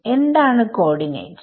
എന്താണ് കോർഡിനേറ്റ്സ്